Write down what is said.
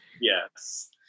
Yes